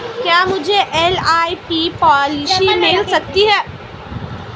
क्या मुझे LIC policy मिल सकती है?